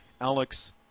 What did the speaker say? Alex